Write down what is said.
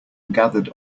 gathered